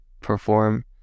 perform